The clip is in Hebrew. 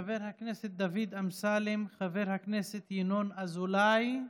חבר הכנסת דוד אמסלם, חבר הכנסת ינון אזולאי,